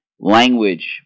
Language